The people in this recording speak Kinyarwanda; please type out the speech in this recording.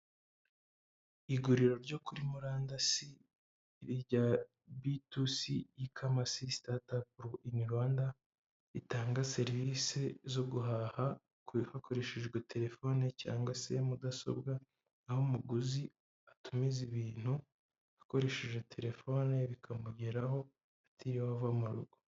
Iguriro ryo kuri muranda si irya bitusi ikamasi sitatapa ini Rwanda ritanga serivisi zo guhaha ku hakoreshejwe terefoni cyangwa se mudasobwa aho umuguzi atumiza ibintu akoresheje terefoni bikamugeraho atiriwe ava mu rugo.